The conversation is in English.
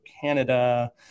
Canada